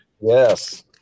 Yes